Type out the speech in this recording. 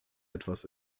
etwas